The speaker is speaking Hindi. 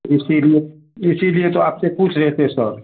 इसीलिए इसीलिए तो आपसे पुछ रहे थे सर